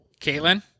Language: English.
Caitlin